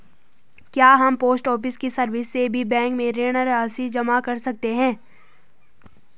क्या हम post office की सर्विस से भी बैंक में ऋण राशि जमा कर सकते हैं?